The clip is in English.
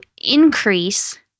increase